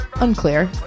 Unclear